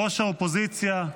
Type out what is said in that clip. ראש האופוזיציה,